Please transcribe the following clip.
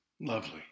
Lovely